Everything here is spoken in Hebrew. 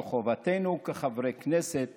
שחובתנו כחברי כנסת